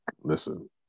Listen